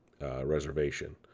reservation